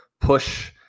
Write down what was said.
push